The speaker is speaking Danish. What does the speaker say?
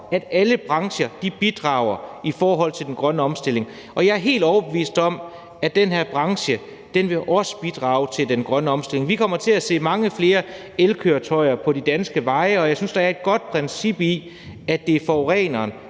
at alle brancher bidrager i forhold til den grønne omstilling, og jeg er helt overbevist om, at den her branche også vil bidrage til den grønne omstilling. Vi kommer til at se mange flere elkøretøjer på de danske veje, og jeg synes, der er et godt princip i, at det er forureneren,